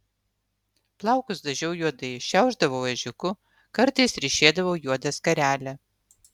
plaukus dažiau juodai šiaušdavau ežiuku kartais ryšėdavau juodą skarelę